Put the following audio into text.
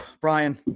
Brian